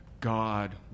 God